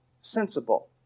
sensible